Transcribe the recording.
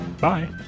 Bye